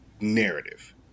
narrative